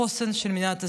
החוסן של מדינת ישראל.